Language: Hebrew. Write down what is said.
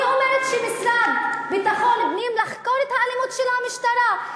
אני אומרת למשרד לביטחון פנים לחקור את האלימות של המשטרה.